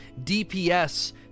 DPS